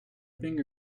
thing